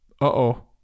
Uh-oh